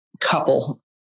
couple